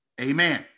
amen